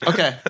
Okay